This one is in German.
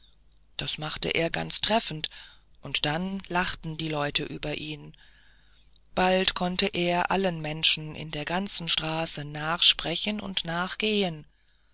das machte er ganz treffend und dann lachten die leute über ihn bald konnte er allen menschen in der ganzen straße nachsprechen und nachgehen